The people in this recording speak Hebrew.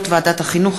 החינוך,